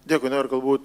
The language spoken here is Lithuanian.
dėkui na ir galbūt